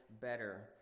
better